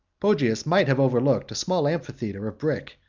poggius might have overlooked small amphitheatre of brick,